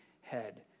head